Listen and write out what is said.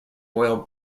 royal